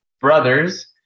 brothers